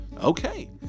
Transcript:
Okay